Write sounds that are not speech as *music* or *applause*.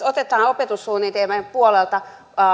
*unintelligible* otetaan opetussuunnitelmien puolelta esimerkiksi